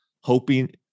hoping